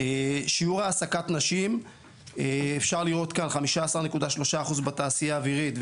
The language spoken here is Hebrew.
שיעור העסקת נשים - אפשר לראות כאן 15.3% בתעשייה אווירית,